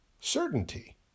certainty